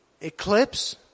eclipse